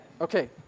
Okay